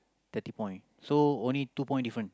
thirty point so only two point different